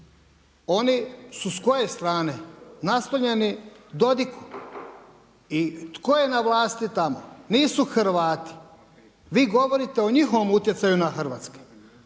oni su s koje strane? Naslonjeni Dodigu. I tko je na vlasti tamo? Nisu Hrvati. Vi govorite o njihovom utjecaju na hrvatske